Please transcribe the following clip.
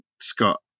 Scott